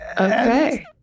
okay